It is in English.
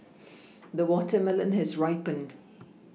the watermelon has ripened